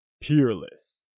peerless